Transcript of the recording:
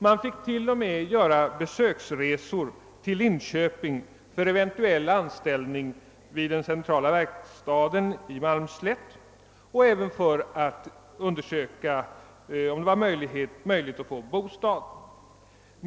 Man fick t.o.m. göra besöksresor till Linköping inför en eventuell anställning vid den centrala verkstaden i Malmslätt för att undersöka om det var möjligt att få en bostad.